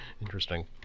interesting